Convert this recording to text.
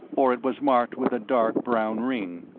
for it was marked with a dark brown ring.